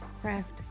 craft